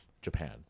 japan